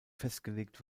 festgelegt